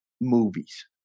movies